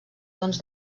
tons